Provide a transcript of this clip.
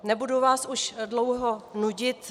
Nebudu vás už dlouho nudit.